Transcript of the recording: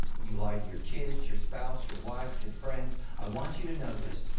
you lie to your kids, your spouse, your wife, your friends, i want you to know this,